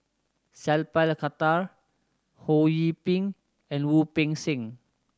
Sat Pal Khattar Ho Yee Ping and Wu Peng Seng